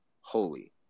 holy